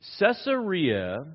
Caesarea